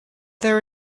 there